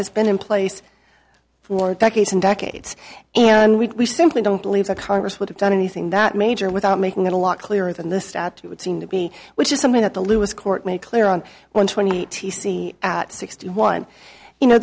has been in place for decades and decades and we simply don't believe that congress would have done anything that major without making it a lot clearer than the stat it would seem to be which is something that the lewis court made clear on one twenty eight at sixty one you know